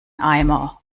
eimer